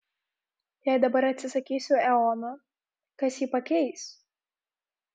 jei dabar atsisakysiu eono kas jį pakeis